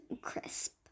crisp